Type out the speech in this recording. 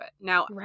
Now